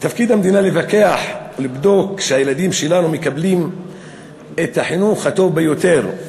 תפקיד המדינה לפקח ולבדוק שהילדים שלנו מקבלים את החינוך הטוב ביותר.